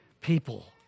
people